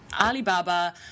alibaba